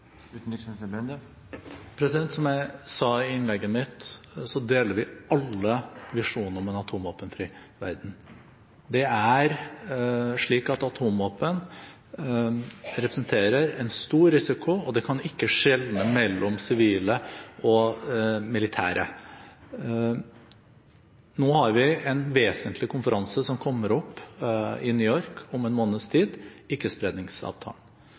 Som jeg sa i innlegget mitt, deler vi alle visjonen om en atomvåpenfri verden. Atomvåpen representerer en stor risiko og kan ikke skjelne mellom sivile og militære. Det vil være en vesentlig konferanse i New York om en måneds tid